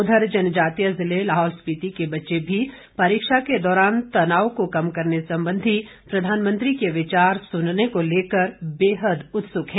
उधर जनजातीय जिले लाहौल स्पीति के बच्चे भी परीक्षा के दौरान तनाव को कम करने संबंधी प्रधानमंत्री के विचार सुनने को लेकर उत्सुक है